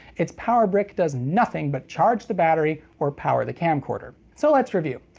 its power brick does nothing but charge the battery, or power the camcorder. so let's review.